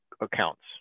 accounts